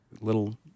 little